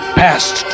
past